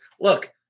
Look